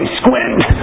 squint